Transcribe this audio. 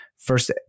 First